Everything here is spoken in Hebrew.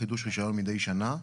חידוש רישיון מידי שנה.